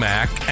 Mac